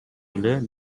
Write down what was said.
эле